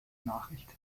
nachricht